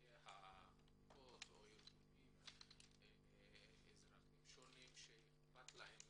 מנציגי העמותות, הארגונים ואזרחים שונים שאכפת להם